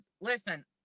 listen